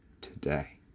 today